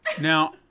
Now